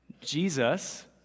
Jesus